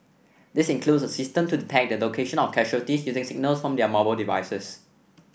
this includes a system to detect the location of casualties using signals from their mobile devices